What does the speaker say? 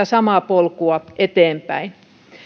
samaa polkua eteenpäin